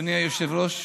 אדוני היושב-ראש,